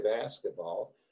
basketball